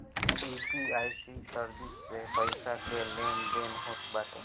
UPI service से पईसा के लेन देन होत बाटे